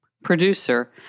producer